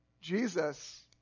Jesus